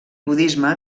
budisme